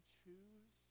choose